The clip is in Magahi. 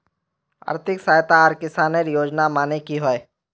आर्थिक सहायता आर किसानेर योजना माने की होय?